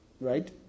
right